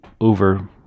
over